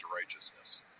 righteousness